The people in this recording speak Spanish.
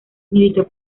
militó